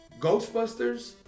Ghostbusters